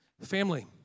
Family